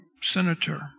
senator